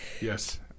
Yes